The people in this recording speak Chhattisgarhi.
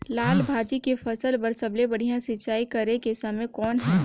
लाल भाजी के फसल बर सबले बढ़िया सिंचाई करे के समय कौन हे?